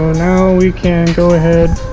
now we can go ahead